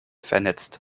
vernetzt